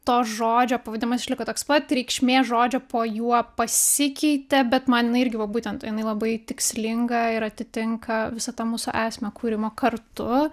to žodžio pavadimas išliko toks pat reikšmė žodžio po juo pasikeitė bet man jinai irgi va būtent jinai labai tikslinga ir atitinka visą tą mūsų esmę kūrimo kartu